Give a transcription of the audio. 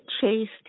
chased